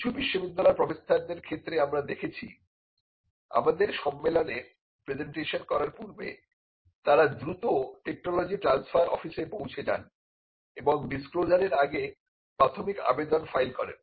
কিছু বিশ্ববিদ্যালয়ের প্রফেসরদের ক্ষেত্রে আমরা দেখেছি আমাদের সম্মেলনে প্রেজেন্টেশন করার পূর্বে তারা দ্রুত টেকনোলজি ট্রানস্ফার অফিসে পৌঁছে যান এবং ডিসক্লোজার এর আগে প্রাথমিক আবেদন ফাইল করেন